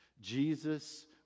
Jesus